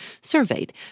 surveyed